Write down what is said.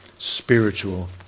spiritual